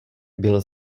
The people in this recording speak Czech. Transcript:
byl